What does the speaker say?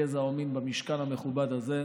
גזע ומין במשכן המכובד הזה,